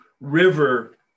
river